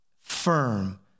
firm